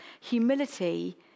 humility